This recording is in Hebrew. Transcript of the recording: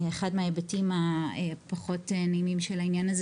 אחד מההיבטים הפחות נעימים של הדבר הזה